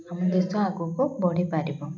ଆମ ଦେଶ ଆଗକୁ ବଢ଼ିପାରିବ